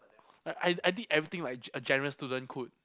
I I did everything like a ge~ a general student could